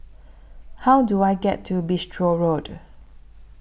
How Do I get to Bristol Road